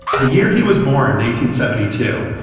the year he was born, nineteen seventy two.